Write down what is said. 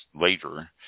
later